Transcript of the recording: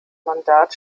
mandat